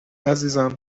عزیزم